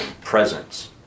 presence